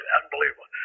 unbelievable